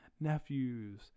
nephews